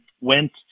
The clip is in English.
went